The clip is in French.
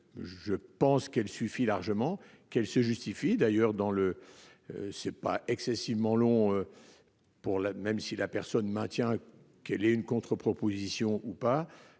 Je pense qu'elle suffit largement qu'elle se justifie d'ailleurs dans le. C'est pas excessivement long. Pour la même si la personne maintient qu'elle est une contre-proposition ou pas.